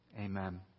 Amen